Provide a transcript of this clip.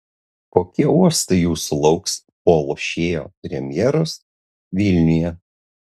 kokie uostai jūsų lauks po lošėjo premjeros vilniuje